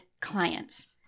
clients